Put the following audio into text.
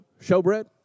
showbread